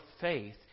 faith